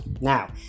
Now